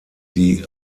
die